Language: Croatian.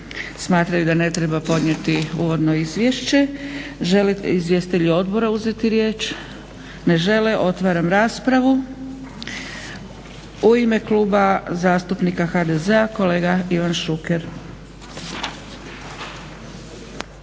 smatraju da ne treba podnijeti uvodno izvješće. Žele li izvjestitelji odbora uzeti riječ? Ne žele. Otvaram raspravu. U ime Kluba zastupnika HDZ-a kolega Ivan Šuker.